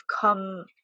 come